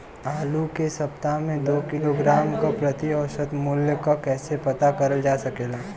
आलू के सप्ताह में दो किलोग्राम क प्रति औसत मूल्य क कैसे पता करल जा सकेला?